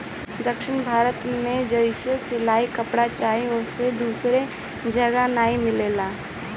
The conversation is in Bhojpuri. दक्षिण भारत जइसन सिल्क कपड़ा कहीं अउरी दूसरा जगही नाइ मिलेला